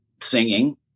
singing